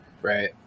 Right